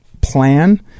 plan